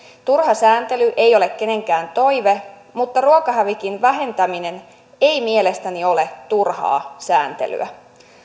turha sääntely ei ole kenenkään toive mutta ruokahävikin vähentäminen ei mielestäni ole turhaa sääntelyä